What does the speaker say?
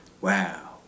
wow